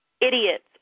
idiots